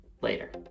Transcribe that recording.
later